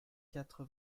quatre